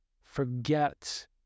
forget